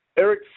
Eric